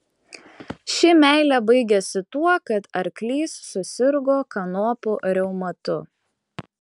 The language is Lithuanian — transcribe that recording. ši meilė baigėsi tuo kad arklys susirgo kanopų reumatu